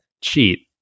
cheat